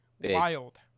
Wild